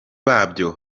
babyo